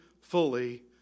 fully